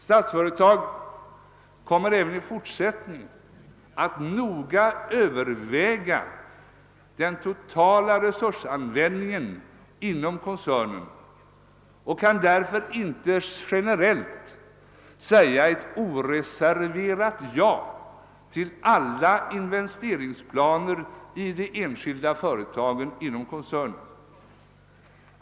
Statsföretag AB kommer även i fortsättningen att noga överväga den totala resursanvändningen och kan därför inte generellt säga ett oreserverat ja till alla investeringsplaner i de enskilda företagen inom koncernen.